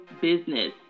business